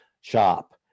shop